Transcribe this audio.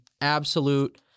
absolute